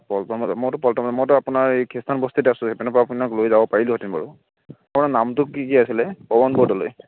পল্টনবজাৰ মইতো পল্টনবজাৰ মইতো আপোনাৰ এই খ্ৰীষ্টানবস্তিত আছো সেইফালৰ পৰা আপোনাক লৈ যাব পাৰিলোহেতেন বাৰু আপোনাৰ নামটো কি কি আছিলে পবন বৰদলৈ